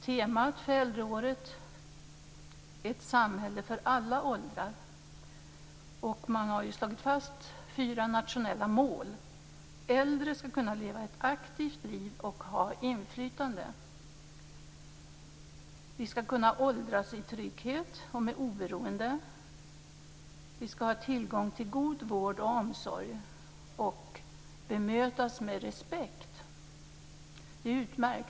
Temat för äldreåret är ett samhälle för alla åldrar. Man har slagit fast fyra nationella mål. Äldre skall kunna leva ett aktivt liv och ha inflytande. Äldre skall kunna åldras i trygghet och vara oberoende. Äldre skall ha tillång till god vård och omsorg. Äldre skall bemötas med respekt. Det är utmärkt.